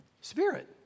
Spirit